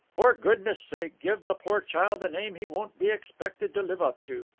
for goodness sake give the poor child a name he won't be expected to live up to.